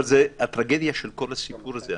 אבל זאת הטרגדיה של כל הסיפור הזה.